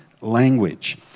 language